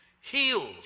healed